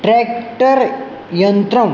tractor यन्त्रम्